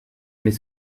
mais